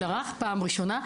זה פעם ראשונה.